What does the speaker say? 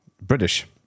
British